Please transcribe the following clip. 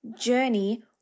journey